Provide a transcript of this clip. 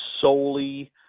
solely